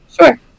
Sure